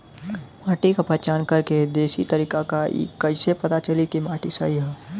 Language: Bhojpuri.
माटी क पहचान करके देशी तरीका का ह कईसे पता चली कि माटी सही ह?